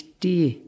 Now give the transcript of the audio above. die